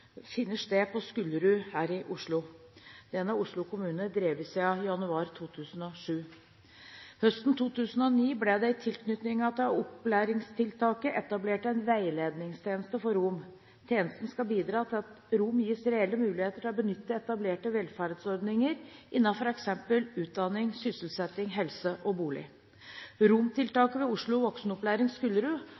finner sted på Skullerud her i Oslo. Den har Oslo kommune drevet siden januar 2007. Høsten 2009 ble det i tilknytning til opplæringstiltaket etablert en veiledningstjeneste for romer. Tjenesten skal bidra til at romer gis reelle muligheter til å benytte etablerte velferdsordninger innenfor f.eks. utdanning, sysselsetting, helse og bolig. Romtiltaket ved Oslo Voksenopplæring Skullerud